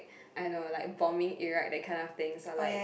I know like bombing Iraq gaddafi so like